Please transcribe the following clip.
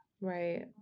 Right